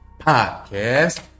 Podcast